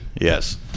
Yes